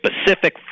specific